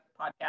podcast